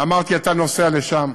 אמרתי: אתה נוסע לשם,